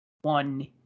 one